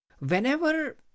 Whenever